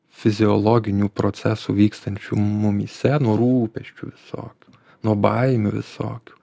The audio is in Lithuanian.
fiziologinių procesų vykstančių mumyse nuo rūpesčių visokių nuo baimių visokių